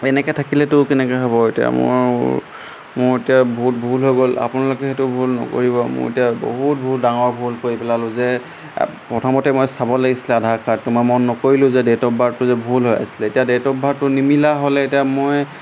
এনেকৈ থাকিলেতো কেনেকৈ হ'ব এতিয়া মোৰ মোৰ এতিয়া বহুত ভুল হৈ গ'ল আপোনালোকে সেইটো ভুল নকৰিব মোৰ এতিয়া বহুত ভুল ডাঙৰ ভুল কৰি পেলালোঁ যে প্ৰথমতে মই চাব লাগিছিলে আধাৰ কাৰ্ডটো মন নকৰিলোঁ যে ডেট অফ বাৰ্থটো যে ভুল হৈ আছিলে এতিয়া ডেট অফ বাৰ্থটো নিমিলা হ'লে এতিয়া মই